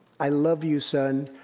i love you, son.